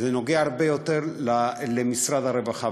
זה נוגע הרבה יותר למשרד הרווחה,